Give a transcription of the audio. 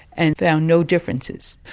and found no differences.